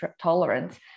tolerance